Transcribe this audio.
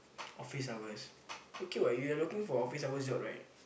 office hours okay what you are looking for office hours job right